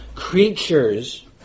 Creatures